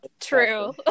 true